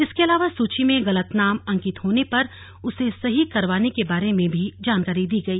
इसके अलावा सूची में गलत नाम अंकित होने पर उसे सही करवाने के बारे में भी जानकारी दी गई